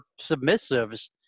submissives